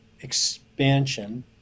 expansion